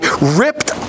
ripped